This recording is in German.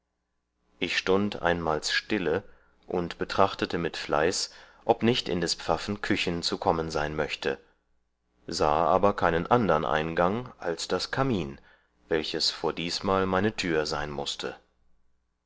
ich stund einmals stille und betrachtete mit fleiß ob nicht in des pfaffen küchen zu kommen sein möchte sahe aber keinen andern eingang als das kamin welches vor diesmal meine tür sein mußte